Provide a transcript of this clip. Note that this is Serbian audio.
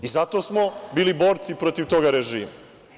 Zato smo bili borci protiv tog režima.